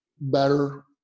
better